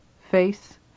face